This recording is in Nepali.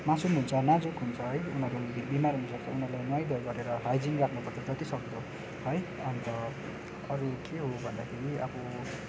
मासुम हुन्छ नाजुक हुन्छ है उनीहरूलाई बिमार हुनसक्छ उनीहरूलाई नुहाईधुवाई गरेर हाइजिन राख्नुपर्छ जतिसक्दो है अन्त अरू के हो भन्दाखेरि अब